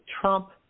Trump